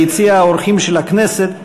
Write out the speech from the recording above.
ביציע האורחים של הכנסת,